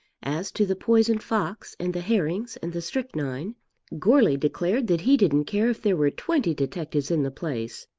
as to the poisoned fox and the herrings and the strychnine goarly declared that he didn't care if there were twenty detectives in the place.